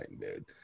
dude